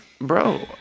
Bro